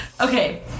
Okay